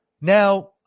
Now